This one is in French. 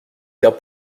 faire